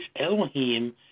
Elohim